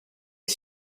est